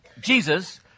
Jesus